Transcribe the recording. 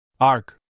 Ark